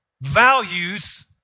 values